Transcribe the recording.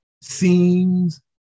scenes